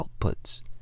outputs